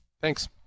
Thanks